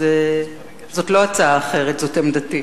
אז זו לא הצעה אחרת, זאת עמדתי.